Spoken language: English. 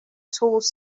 tools